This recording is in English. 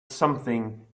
something